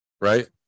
right